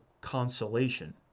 consolation